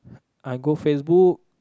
I go Facebook